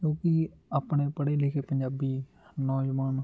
ਕਿਉਂਕਿ ਆਪਣੇ ਪੜ੍ਹੇ ਲਿਖੇ ਪੰਜਾਬੀ ਨੌਜਵਾਨ